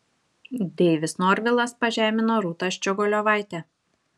deivis norvilas pažemino rūtą ščiogolevaitę